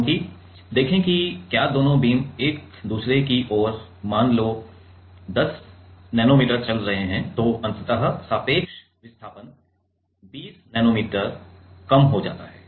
क्योंकि देखें कि क्या दोनों बीम एक दूसरे की ओर मान लो कि 10 नैनोमीटर चल रहे है तो अंततः सापेक्ष विस्थापन 20 नैनोमीटर कम हो जाता है